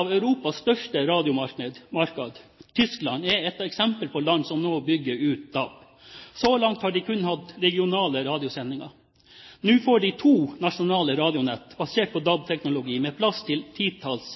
av Europas største radiomarkeder, Tyskland, er et eksempel på land som nå bygger ut DAB. Så langt har de kun hatt regionale radiosendinger. Nå får de to nasjonale radionett basert på DAB-teknologi, med plass til et titalls